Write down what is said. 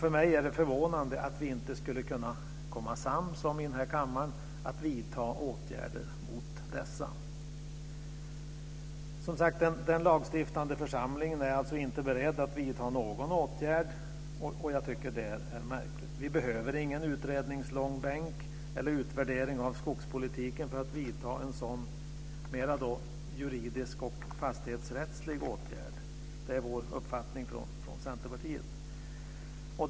För mig är det förvånande att vi inte skulle kunna komma sams i kammaren om att vidta åtgärder mot dessa. Den lagstiftande församlingen är alltså inte beredd att vidta någon åtgärd, och jag tycker att det är märkligt. Vi behöver ingen utredningslångbänk eller utvärdering av skogspolitiken för att vidta en sådan juridisk och fastighetsrättslig åtgärd. Det är vår uppfattning från Centerpartiet.